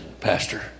pastor